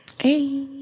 hey